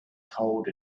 cold